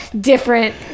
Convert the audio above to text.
different